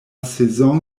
saison